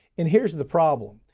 and here's the problem.